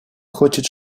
хочет